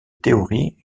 théorie